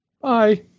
Bye